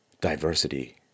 diversity